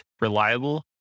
reliable